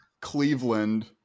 cleveland